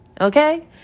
Okay